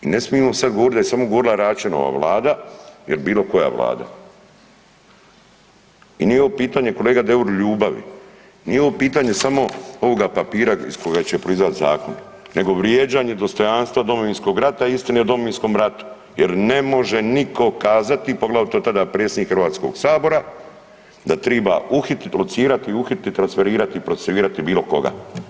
I ne smijemo sad govoriti da je govorila samo Račanova vlada il bilo koja vlada i nije ovo pitanje kolega Deur ljubavi, nije ovo pitanje samo ovoga papira iz kojeg će proizaći zakon, nego vrijeđanje dostojanstva Domovinskog rata i istine o Domovinskom ratu, jer ne može nitko kazati, poglavito tada predsjednik Hrvatskog sabora da triba uhititi, locirati i uhititi i transferirati i procesuirati bilo koga.